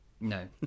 No